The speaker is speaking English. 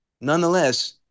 Nonetheless